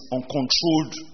Uncontrolled